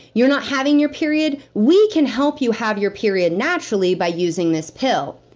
you're not having your period? we can help you have your period naturally by using this pill.